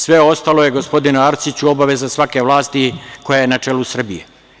Sve ostalo je gospodine Arsiću obaveza svake vlasti koja je na čelu Srbije.